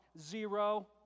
Zero